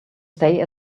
stay